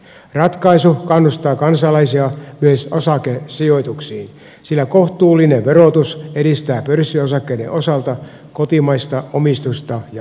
ratkaisu kannustaa kansalaisia myös osakesijoituksiin sillä kohtuullinen verotus edistää pörssiosakkeiden osalta kotimaista omistusta ja osakesijoittamista